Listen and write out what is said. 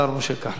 השר משה כחלון,